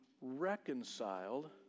reconciled